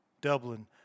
Dublin